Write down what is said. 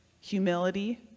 humility